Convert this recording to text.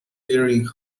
clearing